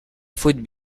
food